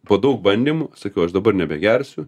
po daug bandymų sakiau aš dabar nebegersiu